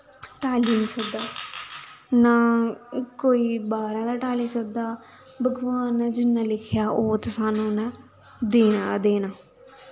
time नां कोई बाह्रा दा टाली सकदा भगवान ने जिन्ना लिखेआ ओह् ते सानूं उन्नै देना गै देना